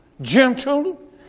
gentle